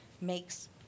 makes